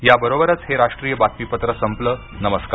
या बरोबरच हे राष्ट्रीय बातमीपत्र संपलं नमस्कार